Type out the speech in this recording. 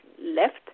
left